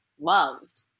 loved